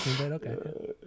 Okay